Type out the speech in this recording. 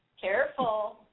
Careful